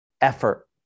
effort